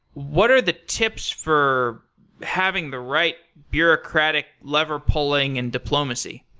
what are the tips for having the right bureaucratic lever-pulling and diplomacy?